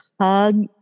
hug